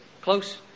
Close